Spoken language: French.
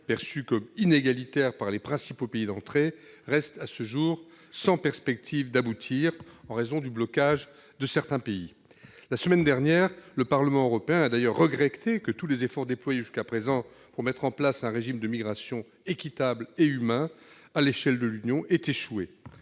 perçu comme inégalitaire par les principaux pays d'entrée, reste à ce jour sans perspective d'aboutir, en raison du blocage de certains pays. La semaine dernière, le Parlement européen a regretté que tous les efforts déployés jusqu'à présent pour mettre en place un régime de migration équitable et humain à l'échelle de l'Union aient échoué.